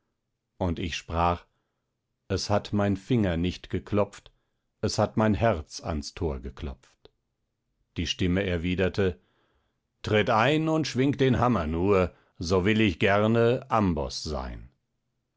und ich sprach es hat mein finger nicht geklopft es hat mein herz ans tor geklopft die stimme erwiderte tritt ein und schwing den hammer nur so will ich gerne amboß sein